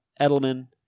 Edelman